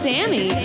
Sammy